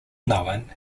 known